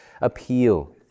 appeal